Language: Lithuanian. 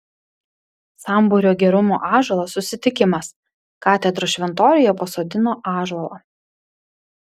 sambūrio gerumo ąžuolas susitikimas katedros šventoriuje pasodino ąžuolą